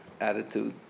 attitude